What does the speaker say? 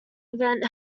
event